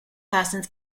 persons